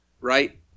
right